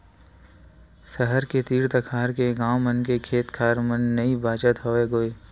सहर के तीर तखार के गाँव मन के खेत खार मन नइ बाचत हवय गोय